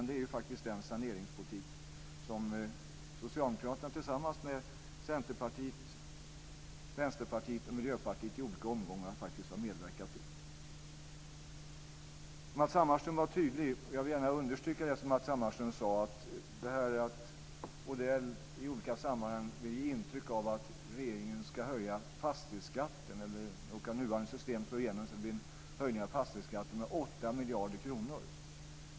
Det är faktiskt den saneringspolitik som Socialdemokraterna bedrivit tillsammans Centerpartiet, Vänsterpartiet och Miljöpartiet i olika omgångar som har medverkat till det. Matz Hammarström var tydlig. Jag vill gärna understryka det Matz Hammarström sade. Mats Odell vill i olika sammanhang ge intryck av att regeringen ska höja fastighetsskatten eller låta nuvarande system slå igenom så att det blir en höjning av fastighetsskatten med 8 miljarder kronor.